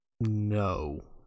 No